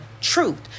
truth